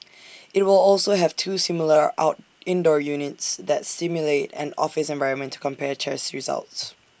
IT will also have two similar out indoor units that simulate an office environment to compare tests results